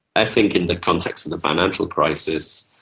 i think in the context of the financial crisis,